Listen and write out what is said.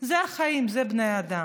זה החיים, זה בני האדם.